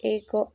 ଏକ